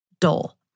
dull